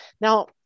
Now